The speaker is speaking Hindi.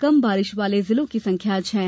कम बारिश वाले जिलों की संख्या छः है